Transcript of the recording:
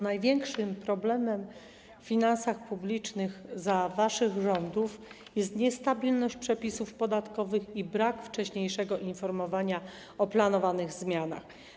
Największym problemem w finansach publicznych za waszych rządów jest niestabilność przepisów podatkowych i brak wcześniejszego informowania o planowanych zmianach.